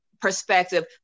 perspective